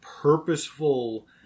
purposeful